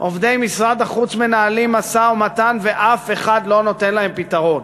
עובדי משרד החוץ מנהלים משא-ומתן ואף אחד לא נותן להם פתרון.